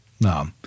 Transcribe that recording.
No